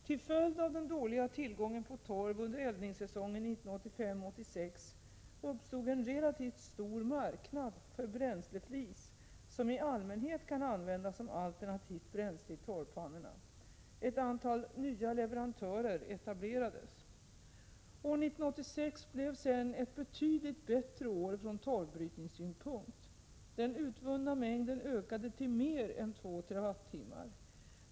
Till följd av den dåliga tillgången på torv under eldningssäsongen 1985/86 uppstod en relativt stor marknad för bränsleflis, som i allmänhet kan användas som alternativt bränsle i torvpannorna. Ett antal nya leverantörer etablerades. År 1986 blev sedan ett betydligt bättre år från torvbrytningssynpunkt. Den utvunna mängden ökade till mer än 2 TWh.